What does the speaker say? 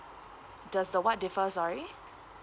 does the what differ sorry